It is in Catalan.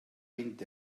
vint